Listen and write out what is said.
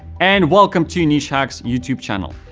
and welcome to nichehacks youtube channel.